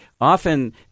often